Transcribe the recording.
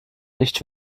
nicht